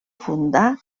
fundar